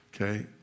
okay